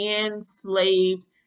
enslaved